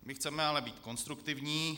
My chceme ale být konstruktivní.